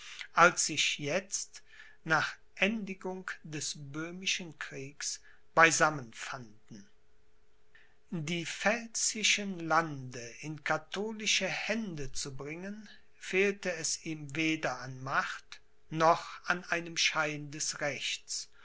als sich jetzt nach endigung des böhmischen kriegs beisammen fanden die pfälzischen lande in katholische hände zu bringen fehlte es ihm weder an macht noch an einem schein des rechts